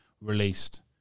released